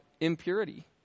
impurity